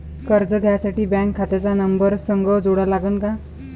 कर्ज घ्यासाठी बँक खात्याचा नंबर संग जोडा लागन का?